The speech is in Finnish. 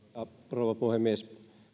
rouva puhemies